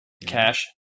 Cash